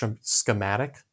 schematic